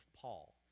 Paul